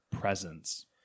presence